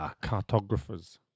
cartographers